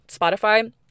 Spotify